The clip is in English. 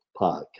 podcast